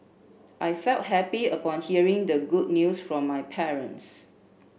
I felt happy upon hearing the good news from my parents